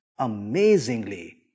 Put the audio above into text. Amazingly